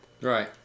Right